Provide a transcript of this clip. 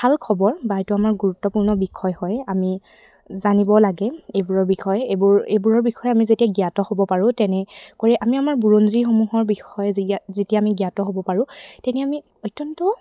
ভাল খবৰ বা এইটো আমাৰ গুৰুত্বপূৰ্ণ বিষয় হয় আমি জানিব লাগে এইবোৰৰ বিষয়ে এইবোৰ এইবোৰৰ বিষয়ে আমি যেতিয়া জ্ঞাত হ'ব পাৰোঁ তেনেকৈ আমি আমাৰ বুৰঞ্জীসমূহৰ বিষয়ে যেতিয়া আমি জ্ঞাত হ'ব পাৰোঁ তেনে আমি অত্যন্ত